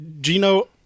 Gino